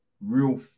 real